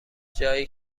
جایی